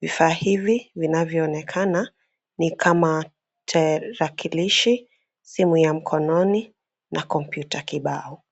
Vifaa hivi vinavyoonekana ni kama tarakilishi, simu ya mkononi na kompyuta kibao.